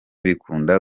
bikunda